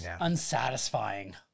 unsatisfying